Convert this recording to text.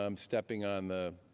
um stepping on the